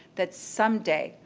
that someday,